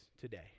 today